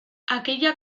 aquella